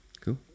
Cool